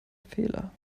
fehler